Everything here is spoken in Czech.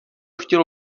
chtělo